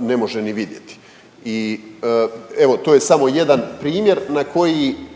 ne može ni vidjeti. I evo to je samo jedan primjer na koji